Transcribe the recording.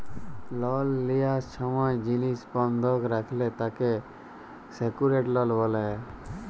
লল লিয়ার সময় জিলিস বন্ধক রাখলে তাকে সেক্যুরেড লল ব্যলে